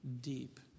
deep